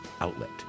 Outlet